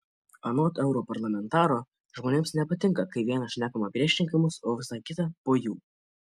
anot europarlamentaro žmonėms nepatinka kai viena šnekama prieš rinkimus o visai kita po jų